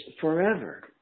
forever